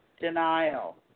denial